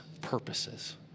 purposes